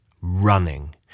running